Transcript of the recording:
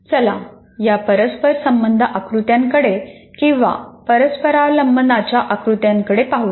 चला या परस्पर संबंध आकृत्याकडे किंवा परस्परावलंबनाच्या आकृत्याकडे पाहूया